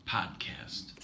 Podcast